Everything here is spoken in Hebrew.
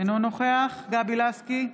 אינו נוכח גבי לסקי,